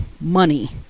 money